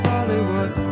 Hollywood